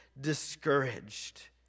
discouraged